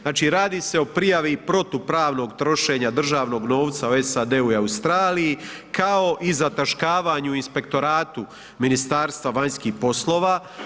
Znači radi se o prijavi protupravnog trošenja državnog novca u SAD-u i Australiji kao i o zataškavanju Inspektoratu Ministarstva vanjskih poslova.